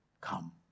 Come